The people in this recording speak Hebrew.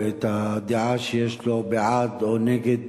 ואת הדעה שיש לו בעד או נגד